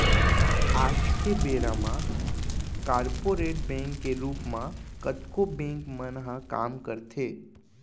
आज के बेरा म कॉरपोरेट बैंक के रूप म कतको बेंक मन ह काम करथे